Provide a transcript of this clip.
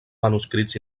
manuscrits